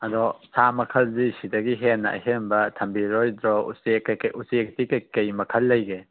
ꯑꯗꯣ ꯁꯥ ꯃꯈꯜꯁꯤ ꯁꯤꯗꯒꯤ ꯍꯦꯟꯅ ꯑꯍꯦꯟꯕ ꯊꯝꯕꯤꯔꯔꯣꯏꯗ꯭ꯔꯣ ꯎꯆꯦꯛ ꯀꯔꯤ ꯀꯔꯤ ꯎꯆꯦꯛꯁꯤ ꯀꯔꯤ ꯀꯔꯤ ꯃꯈꯜ ꯂꯩꯒꯦ